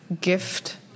gift